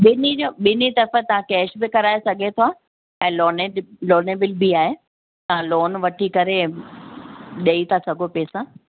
ॿिन्ही जो ॿिन्ही तरफ़ु तव्हांखे कैश कराए सघे थो ऐं लोन जी लोनेबल बि आहे तव्हां लोन वठी करे ॾेई था सघो पैसा